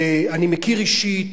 ואני מכיר אישית,